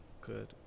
good